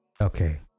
Okay